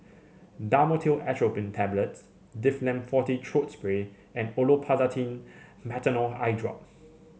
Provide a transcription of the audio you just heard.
Dhamotil Atropine Tablets Difflam Forte Throat Spray and Olopatadine Patanol Eyedrop